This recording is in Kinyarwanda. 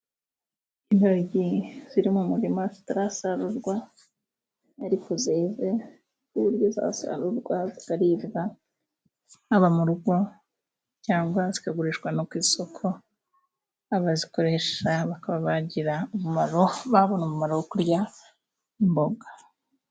Intoryi ziri mu murima zitarasarurwa ariko zeze ku buryo zasarurwa zikaribwa, haba mu rugo cyangwa zikagurishwa no ku isoko, abazikoresha bakaba bagira umumaro, babona umumaro wo kurya imboga.